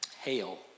hail